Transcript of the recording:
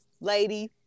lady